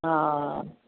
हा